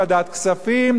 ועדת כספים,